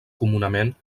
comunament